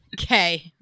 Okay